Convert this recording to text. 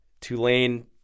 Tulane